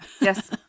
yes